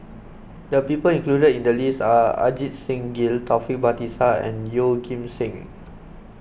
the people included in the list are Ajit Singh Gill Taufik Batisah and Yeoh Ghim Seng